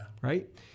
Right